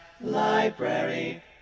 Library